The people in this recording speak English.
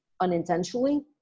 unintentionally